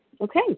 Okay